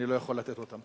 אני לא יכול לתת אותם.